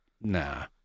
Nah